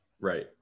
right